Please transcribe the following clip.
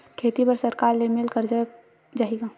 खेती बर सरकार ले मिल कर्जा मिल जाहि का?